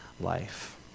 life